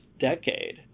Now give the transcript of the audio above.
decade